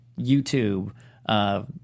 YouTube